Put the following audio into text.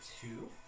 two